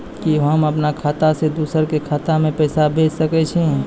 कि होम अपन खाता सं दूसर के खाता मे पैसा भेज सकै छी?